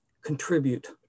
contribute